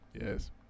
Yes